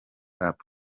hop